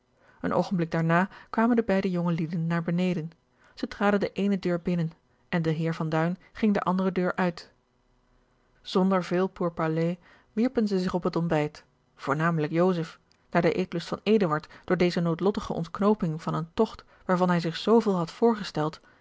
een oogenblik daarna kwamen de beide jongelieden naar beneden zij traden de eene deur binnen en de heer van duin ging de andere deur uit zonder veel pourparlers wierpen zij zich op het ontbijt voornamelijk joseph daar de eetlust van eduard door deze noodlottige ontknooping van een togt waarvan hij zich zooveel had voorgesteld